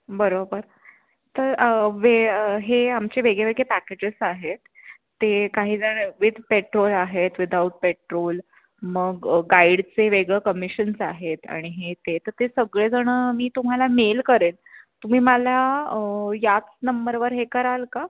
बरोबर तर वे हे आमचे वेगळे वेगळे पॅकेजेस आहेत ते काहीजण विथ पेट्रोल आहेत विदाउट पेट्रोल मग गाईडचे वेगळं कमिशन्स आहेत आणि हे ते तर ते सगळेजण मी तुम्हाला मेल करीन तुम्ही मला याच नंबरवर हे कराल का